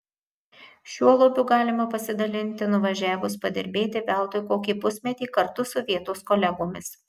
šiuo lobiu galima pasidalinti nuvažiavus padirbėti veltui kokį pusmetį kartu su vietos kolegomis